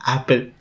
Apple